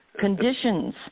conditions